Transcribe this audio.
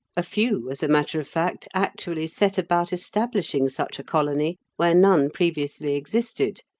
a few, as a matter of fact, actually set about establishing such a colony where none previously existed,